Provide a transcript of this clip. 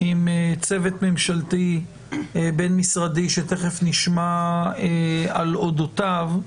עם צוות ממשלתי בין-משרדי שתיכף נשמע על אודותיו.